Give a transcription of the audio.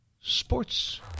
sports